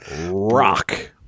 Rock